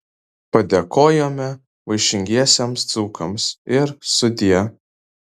padėkojome vaišingiesiems dzūkams ir sudie